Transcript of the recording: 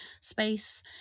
space